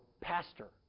pastor